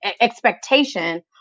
expectation